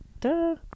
Duh